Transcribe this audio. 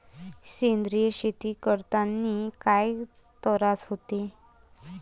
सेंद्रिय शेती करतांनी काय तरास होते?